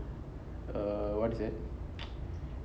err what is that